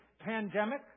Pandemic